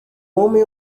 homem